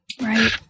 Right